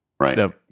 Right